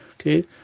okay